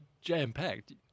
jam-packed